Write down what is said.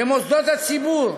במוסדות הציבור,